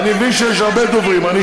ואזכיר לכם גם את בית המשפט העליון עוד מעט,